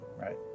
Right